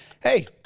Hey